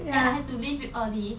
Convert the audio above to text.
and I had to leave it early